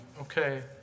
okay